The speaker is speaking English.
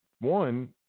One